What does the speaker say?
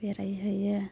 बेराय हैयो